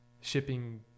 shipping